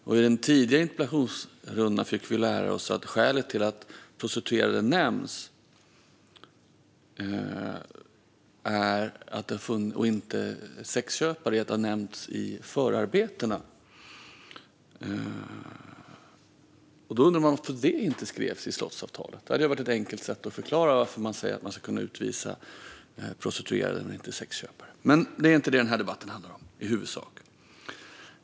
I den tidigare interpellationsrundan fick vi lära oss att skälet till att prostituerade men inte sexköpare nämns är att de nämndes i förarbetena. Då undrar man ju varför det inte skrevs in i slottsavtalet. Det hade varit ett enkelt sätt att förklara varför man säger att det ska gå att utvisa prostituerade men inte sexköpare. Men det är inte det den här debatten handlar om i huvudsak.